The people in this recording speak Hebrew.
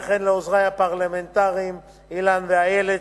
וכן לעוזרי הפרלמנטריים אילן ואיילת,